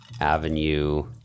avenue